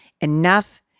enough